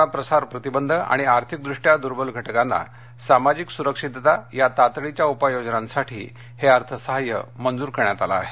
corona प्रसार प्रतिबंध आणि आर्थिकदृष्ट्या दुर्बल घटकांना सामाजिक सुरक्षितता या तातडीच्या उपाययोजनांसाठी हे अर्थसाह्य मंजूर करण्यात आलं आहे